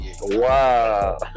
Wow